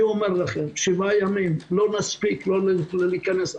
אני אומר לכם לא נספיק להיכנס.